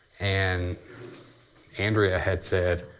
and andrea had said,